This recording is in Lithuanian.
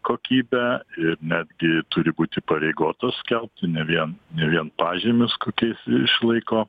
kokybę ir netgi turi būti įpareigotos skelbti ne vien ne vien pažymius kokiais išlaiko